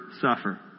suffer